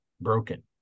broken